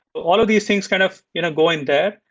all of these things kind of going going there.